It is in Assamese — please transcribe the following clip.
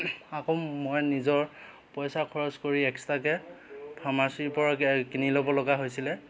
আকৌ মই নিজৰ পইচা খৰচ কৰি এক্সট্ৰাকৈ ফাৰ্মাচীৰ পৰা কিনি ল'ব লগা হৈছিলে